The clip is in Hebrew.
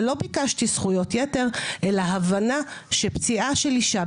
ולא ביקשתי זכויות יתר אלא הבנה שפציעה של אישה,